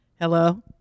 Hello